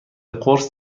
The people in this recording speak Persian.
قرص